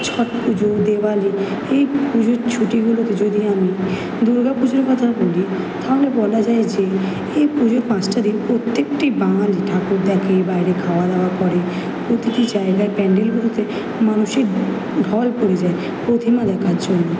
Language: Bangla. ছট পুজো দিওয়ালি এই পুজোর ছুটিগুলোতে যদি আমি দুর্গা পুজোর কথা বলি তাহলে বলা যায় যে এই পুজোর পাঁচটা দিন প্রত্যেকটি বাঙালি ঠাকুর দেখে বাইরে খাওয়া দাওয়া করে প্রতিটি জায়গায় প্যান্ডেলগুলোতে মানুষের ঢল পড়ে যায় প্রতিমা দেখার জন্য